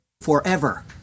forever